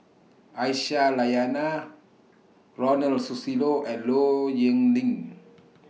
Aisyah Lyana Ronald Susilo and Low Yen Ling